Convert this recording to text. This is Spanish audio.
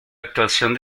actuación